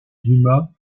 dumas